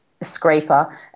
scraper